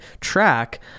track